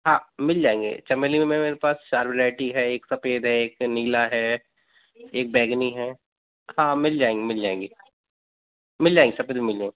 हाँ मिल जायेंगे चमेली में मेरे पास चार वैराइटी है एक सफेद है एक नीला है एक बैंगनी है हाँ मिल जायेंगे मिल जायेंगे मिल जायेंगे सब कुछ मिल जायेंगे